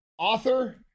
author